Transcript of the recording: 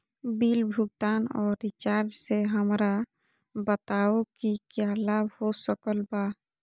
Bill भुगतान और recharge से हमरा बताओ कि क्या लाभ हो सकल बा?